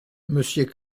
monsieur